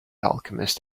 alchemist